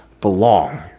belong